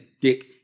dick